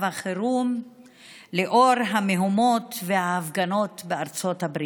החירום לאור המהומות וההפגנות בארצות הברית.